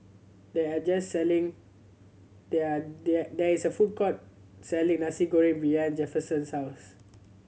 there're just selling there there there is a food court selling Nasi Goreng behind Jefferson's house